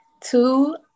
Two